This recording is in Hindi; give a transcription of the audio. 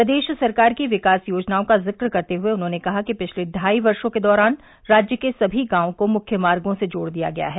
प्रदेश सरकार की विकास योजनाओं का ज़िक्र करते हए उन्होंने कहा कि पिछले ढाई वर्षो के दौरान राज्य के सभी गांवों को मुख्य मार्गो से जोड़ दिया गया है